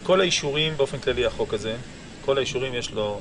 בכל האישורים באופן כללי לחוק הזה יש סעיף